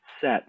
set